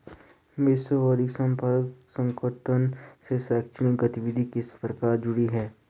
विश्व बौद्धिक संपदा संगठन से शैक्षणिक गतिविधियां किस प्रकार जुड़ी हैं?